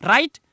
Right